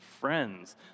friends